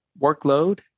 workload